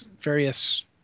various